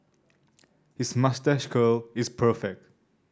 his moustache curl is perfect